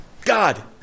God